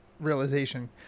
realization